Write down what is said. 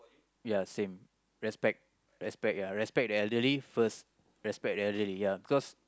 ya same respect respect ya respect the elderly first respect the elderly ya because